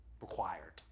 required